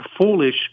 foolish